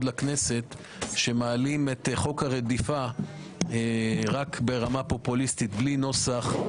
לכנסת שמעלים את חוק הרדיפה רק ברמה פופוליסטית מובא בלי נוסח,